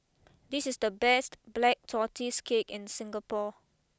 this is the best Black Tortoise Cake in Singapore